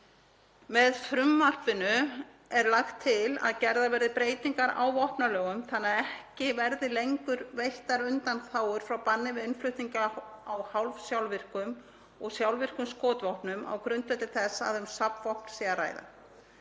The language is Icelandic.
Með frumvarpinu er lagt til að gerðar verði breytingar á vopnalögum þannig að ekki verði lengur veittar undanþágur frá banni við innflutningi á hálfsjálfvirkum og sjálfvirkum skotvopnum á grundvelli þess að um safnvopn sé að ræða.